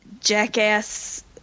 Jackass